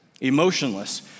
emotionless